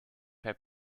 per